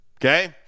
Okay